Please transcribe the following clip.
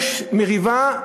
יש מריבה,